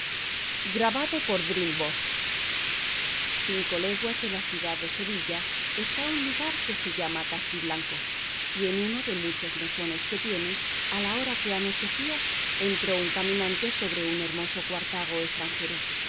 de cervantes saavedra cinco leguas de la ciudad de sevilla está un lugar que se llama castiblanco y en uno de muchos mesones que tiene a la hora que anochecía entró un caminante sobre un hermoso cuartago estranjero